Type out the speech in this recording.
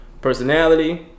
personality